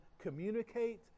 communicate